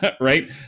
right